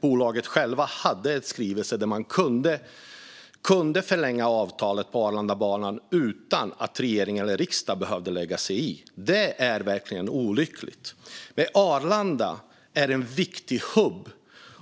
Bolaget självt hade en skrivelse enligt vilken man kunde förlänga avtalet på Arlandabanan utan att regering eller riksdag behövde lägga sig i det. Det är verkligen olyckligt. Arlanda är en viktig hubb.